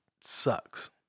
sucks